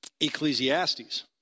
Ecclesiastes